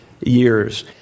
years